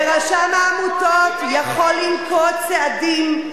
ורשם העמותות יכול לנקוט צעדים,